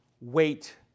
Wait